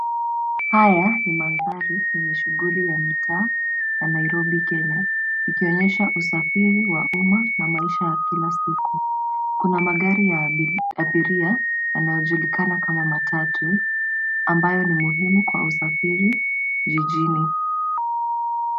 Haya ni mandhari yenye shughuli ya mitaa ya Nairobi Kenya ikionyesha usafiri wa umma na maisha ya kila siku. Kuna magari ya abiria yanayojulikana kama matatu ambayo ni muhimu kwa usafiri jijini.